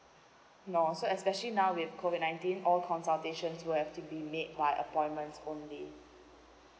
no so especially now with COVID nineteen all consultations will have to be made by appointments only